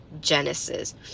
genesis